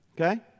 Okay